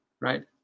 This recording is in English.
right